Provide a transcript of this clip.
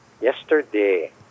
Yesterday